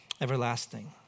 everlasting